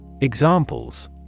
Examples